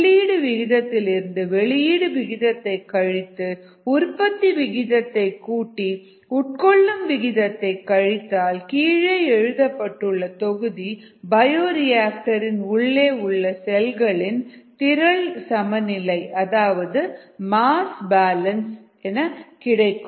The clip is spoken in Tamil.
உள்ளீடு விகிதத்திலிருந்து வெளியீடு விகிதத்தை கழித்து உற்பத்தி விகிதத்தை கூட்டி உட்கொள்ளும் விகிதத்தை கழித்தால் கீழே எழுதப்பட்டுள்ள தொகுதி பயோரியாக்டர் இன் உள்ளே உள்ள செல்களின் திறள் சமநிலை அதாவது மாஸ் பேலன்ஸ் கிடைக்கும்